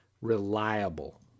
reliable